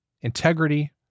integrity